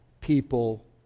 people